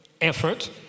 effort